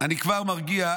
אני כבר מרגיע,